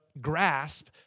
grasp